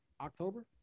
October